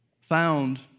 found